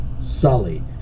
Sully